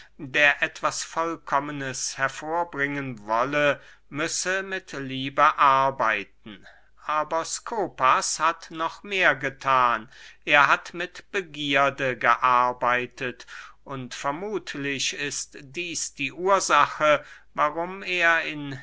der etwas vollkommenes hervorbringen wolle müsse mit liebe arbeiten aber skopas hat noch mehr gethan er hat mit begierde gearbeitet und vermuthlich ist dieß die ursache warum er in